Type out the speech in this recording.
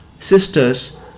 sisters